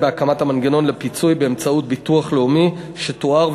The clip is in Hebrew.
בהקמת המנגנון לפיצוי באמצעות הביטוח הלאומי שתואר,